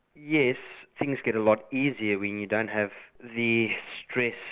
yes, things get a lot easier when you don't have the stress,